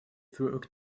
through